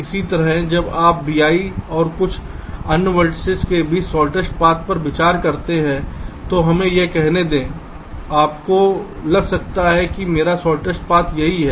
इसी तरह जब आप vi और कुछ अन्य वर्टिसिस के बीच शॉर्टेस्टपाथ पर विचार करते हैं तो हमें यह कहने दें आपको लग सकता है कि मेरा शॉर्टेस्ट पाथ यही है